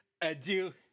adieu